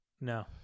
No